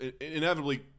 Inevitably